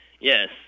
Yes